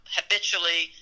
habitually